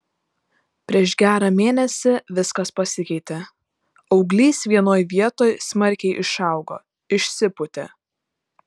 prieš gerą mėnesį viskas pasikeitė auglys vienoj vietoj smarkiai išaugo išsipūtė